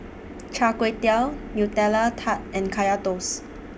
Char Kway Teow Nutella Tart and Kaya Toast